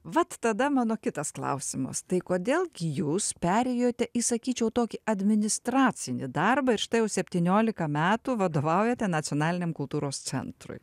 vat tada mano kitas klausimas tai kodėl gi jūs perėjote į sakyčiau tokį administracinį darbą ir štai jau septyniolika metų vadovaujate nacionaliniam kultūros centrui